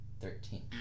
thirteen